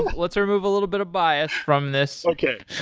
let's remove a little bit of bias from this okay.